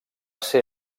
ser